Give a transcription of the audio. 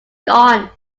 gone